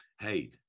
hey